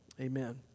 Amen